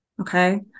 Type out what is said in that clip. okay